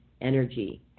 energy